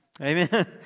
amen